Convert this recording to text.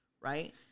Right